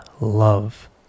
love